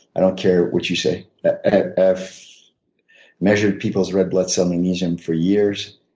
i don't care what you say. ah ah i've measured people's red blood cell magnesium for years.